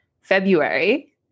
February